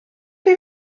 chi